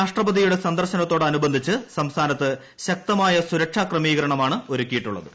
രാഷ്ട്രപതിയുടെ സന്ദർശനത്തോടനുബസ്പ്ച്ച് സംസ്ഥാനത്ത് ശക്തമായ സുരക്ഷാക്രമീകരണങ്ങളാണ് ഒരുക്കിയിട്ടുള്ളത്